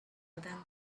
then